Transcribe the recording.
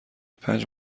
پنج